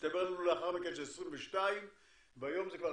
הסתבר לנו לאחר מכן שזה 22 והיום זה כבר